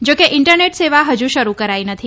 જો કે ઇંટરનેટ સેવા હજુ શરૂ કરાઇ નથી